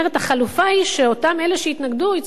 החלופה היא שאותם אלה שיתנגדו יצטרכו